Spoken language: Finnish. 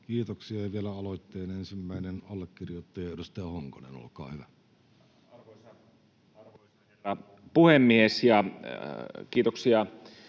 Kiitoksia. — Vielä aloitteen ensimmäinen allekirjoittaja, edustaja Honkonen, olkaa hyvä. [Speech 26] Speaker: Petri